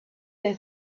they